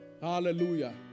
Hallelujah